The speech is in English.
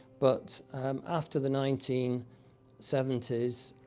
but um after the nineteen seventy s,